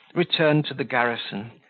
returned to the garrison,